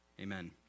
Amen